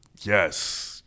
Yes